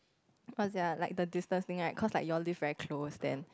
what's their like the distance thing right cause like you live very close then